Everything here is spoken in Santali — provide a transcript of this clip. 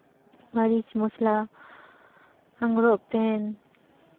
ᱢᱟᱹᱨᱤᱪ ᱢᱚᱥᱞᱟ ᱟᱸᱜᱽᱨᱚᱵ ᱯᱮᱱ